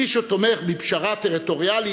מי שתומך בפשרה טריטוריאלית,